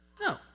No